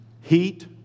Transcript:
Heat